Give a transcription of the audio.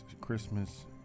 Christmas